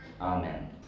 Amen